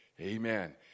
Amen